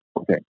Okay